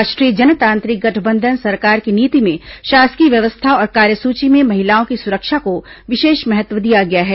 राष्ट्रीय जनतांत्रिक गठबंधन सरकार की नीति में शासकीय व्यवस्था और कार्यसूची में महिलाओं की सुरक्षा को विशेष महत्व दिया गया है